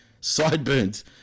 sideburns